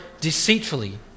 deceitfully